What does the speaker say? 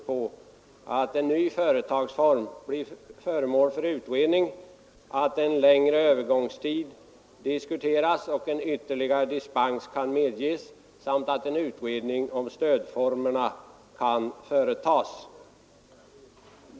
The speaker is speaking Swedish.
Vi vill att en ny företagsform blir föremål för utredning, att en längre övergångstid diskuteras, att ytterligare dispens kan medges och att en utredning om stödformerna kan företas.